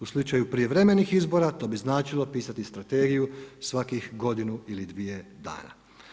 U slučaju prijevremenih izbora to bi značilo pisati strategiju svakih godinu ili dvije dana.